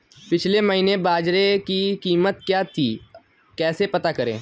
पिछले महीने बाजरे की कीमत क्या थी कैसे पता करें?